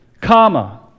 comma